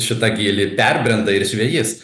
šitą gylį perbrenda ir žvejys